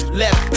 left